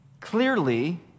Clearly